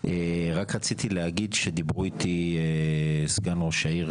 רק רציתי להגיד שדיברו איתי סגן ראש העיר